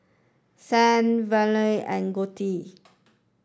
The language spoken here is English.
Sanal Vallabhbhai and Gottipati